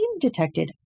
detected